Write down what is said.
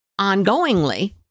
ongoingly